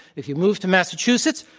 if you move to massachusetts,